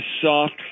soft